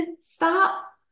stop